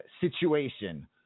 situation